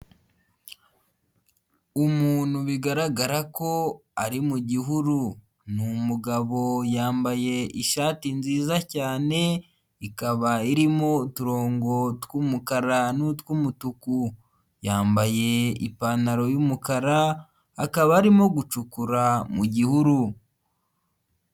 Umuntu bigaragara ko ari mu gihuru ni umu umugabo yambaye ishati nziza cyane ikaba irimo uturongo twumukara n'utwumutuku yambaye ipantaro yumukara akaba arimo gucukura mu gihuru.